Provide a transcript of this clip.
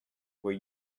were